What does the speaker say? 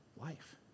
life